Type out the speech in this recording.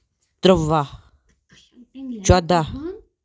ترٛواہ ژۄداہ